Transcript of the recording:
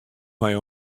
mei